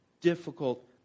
difficult